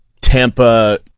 Tampa